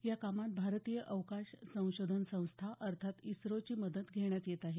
या कामात भारतीय अवकाश संशोधन संस्था अर्थात इस्रोची मदत घेण्यात येत आहे